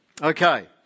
Okay